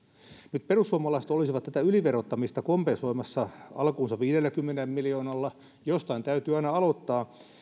nyt perussuomalaiset olisivat tätä yliverottamista kompensoimassa alkuunsa viidelläkymmenellä miljoonalla jostain täytyy aina aloittaa